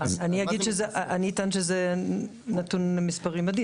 אני אטען שזה נתון מספרי מדיד.